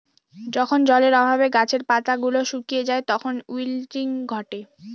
যখন জলের অভাবে গাছের পাতা গুলো শুকিয়ে যায় তখন উইল্টিং ঘটে